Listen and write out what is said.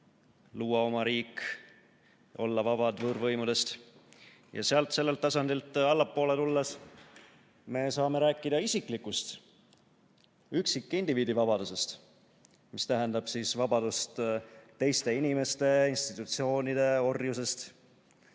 luua oma riik, olla vabad võõrvõimudest. Sellelt tasandilt allapoole tulles me saame rääkida isiklikust, üksikindiviidi vabadusest, mis tähendab vabadust teiste inimeste ja institutsioonide orjusest.